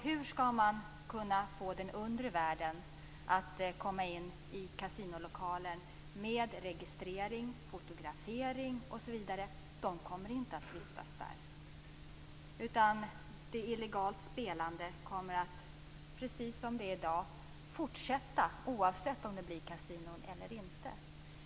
Hur skall man kunna få den undre världen att komma in i kasinolokalen med registrering, fotografering, osv.? Den kommer inte att vistas där. De illegalt spelande kommer att fortsätta, precis som det är i dag, oavsett om det blir legala kasinon eller inte.